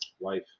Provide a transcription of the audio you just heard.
life